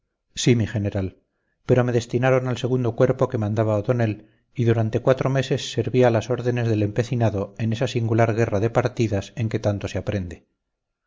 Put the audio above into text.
sí mi general pero me destinaron al segundo cuerpo que mandaba o'donnell y durante cuatro meses serví a las órdenes del empecinado en esa singular guerra de partidas en que tanto se aprende